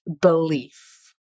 belief